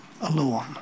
Alone